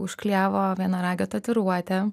užklijavo vienaragio tatuiruotę